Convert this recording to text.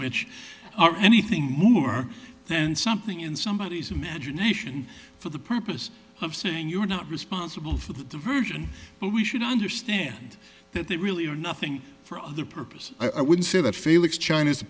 which are anything more than something in somebodies imagination for the purpose of saying you're not responsible for the diversion but we should understand that they really are nothing for other purpose i would say that flix china